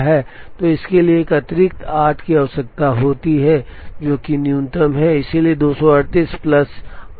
तो इसके लिए एक अतिरिक्त 8 की आवश्यकता होगी जो कि न्यूनतम है इसलिए 238 प्लस 8